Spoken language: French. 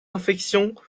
infections